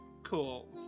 Cool